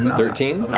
and thirteen?